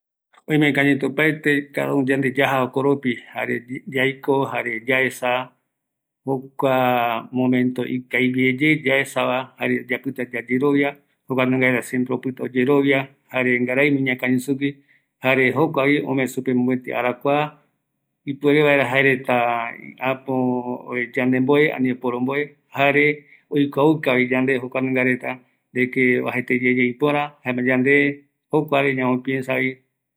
﻿Oimeko aipo opaete cada uno yande yaja jokoropi, jare yaiko jare yaesa, jokua momento ikavigue yeye yaesava jare yapita yayerovia, jukuaniunga reta siempre opita oyerovia jare ngaraima iñakañi sugui, jare jokuavi ome supe arakua, ipuere vaera jaereta äpo yandemboe, ani oporomboe, ani oikuaukavi yande jokuanunga reta de que oajaete yeye ipöra, jaema yande jokuare ñamopiensavi